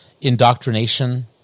indoctrination